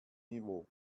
niveau